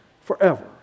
forever